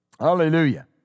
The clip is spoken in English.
Hallelujah